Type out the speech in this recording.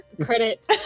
credit